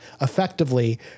effectively